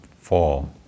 fall